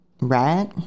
right